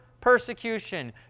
persecution